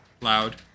Loud